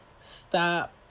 stop